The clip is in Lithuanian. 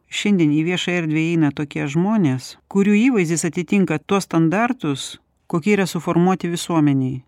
šiandien į viešą erdvę įeina tokie žmonės kurių įvaizdis atitinka tuos standartus kokie yra suformuoti visuomenei